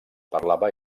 parlava